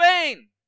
vain